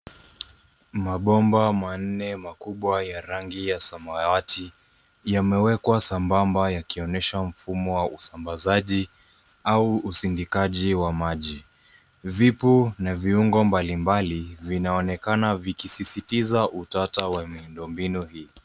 Mabomba manne makubwa ya rangi ya samawati yamewekwa sambamba yakionyesha mfumo wa usambazaji au usindikaji wa maji. Vipo na viungo mbalimbali vinaonekana vikisisitiza utata wa miundo mbinu hii.